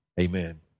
Amen